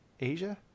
Asia